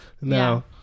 now